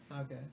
Okay